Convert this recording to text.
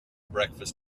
breakfast